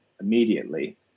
immediately